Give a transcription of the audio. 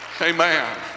Amen